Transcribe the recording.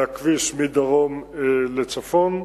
והכביש מדרום לצפון.